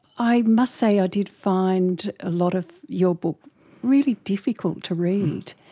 i must say i did find a lot of your book really difficult to read,